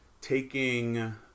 taking